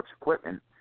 Equipment